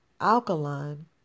alkaline